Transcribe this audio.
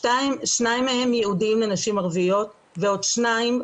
שניים מהם ייעודיים לנשים ערביות ועוד שניים,